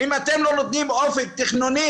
זה צמוד